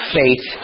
faith